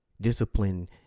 Discipline